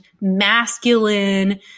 masculine